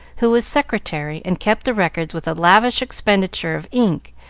who was secretary, and kept the records with a lavish expenditure of ink,